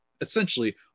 essentially